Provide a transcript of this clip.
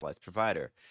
provider